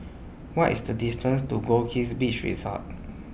What IS The distance to Goldkist Beach Resort